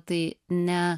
tai ne